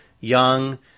Young